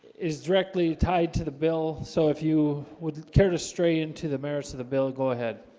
is directly tied to the bill so if you would care to stray into the merits of the bill go ahead?